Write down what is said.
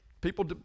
people